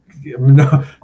no